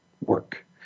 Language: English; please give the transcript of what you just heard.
work